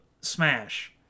Smash